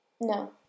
No